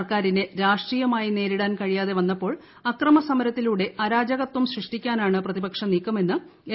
സർക്കാരിനെ രാഷ്ട്രീയമായി നേരിടാൻ കഴിയാതെ വന്നപ്പോൾ അക്രമ സമരത്തിലൂടെ അരാജകത്വം സൃഷ്ടിക്കാനാണ് പ്രതിപക്ഷ എൽ